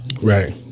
Right